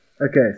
Okay